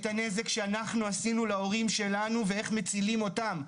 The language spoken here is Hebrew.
את הנזק שאנחנו עשינו להורים שלנו ואיך מצילים אותם.